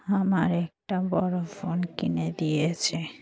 আমার একটা বড়ো ফোন কিনে দিয়েছে